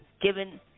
given